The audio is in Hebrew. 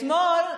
אתמול,